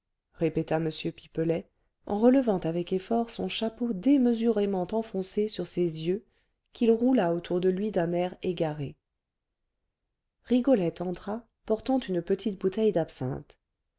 répéta m pipelet en relevant avec effort son chapeau démesurément enfoncé sur ses yeux qu'il roula autour de lui d'un air égaré rigolette entra portant une petite bouteille d'absinthe